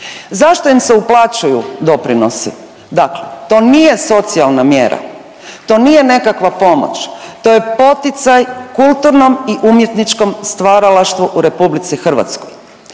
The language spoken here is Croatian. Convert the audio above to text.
Zašto im se uplaćuju doprinosi? Dakle, to nije socijalna mjera. To nije nekakva pomoć. To je poticaj kulturnom i umjetničkom stvaralaštvu u Republici Hrvatskoj.